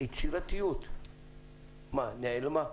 היצירתיות נעלמה?